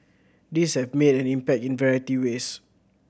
these have made an impact in variety ways